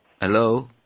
Hello